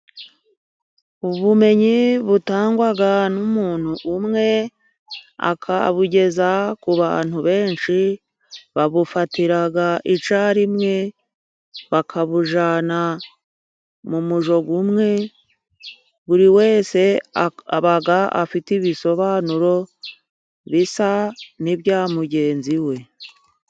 Ubumenyi butangwa n'umuntu umwe akabugeza ku bantu benshi, babufata icyarimwe bakabujyana mu mujyo umwe, buri wese aba afite ibisobanuro bisa n'ibya mugenzi we.